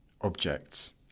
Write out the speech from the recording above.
objects